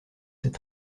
c’est